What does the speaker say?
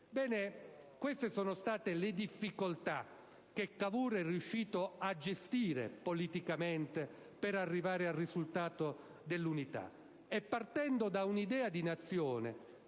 Ebbene, queste sono state le difficoltà che Cavour è riuscito a gestire politicamente per arrivare al risultato dell'unità, partendo da un'idea di nazione,